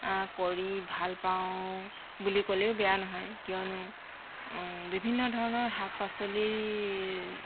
কৰি ভাল পাওঁ বুলি ক'লেও বেয়া নহয় কিয়নো বিভিন্ন ধৰণৰ শাক পাচলি